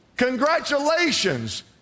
congratulations